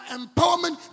empowerment